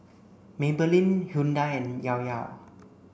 Maybelline Hyundai and Llao Llao